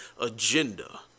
agenda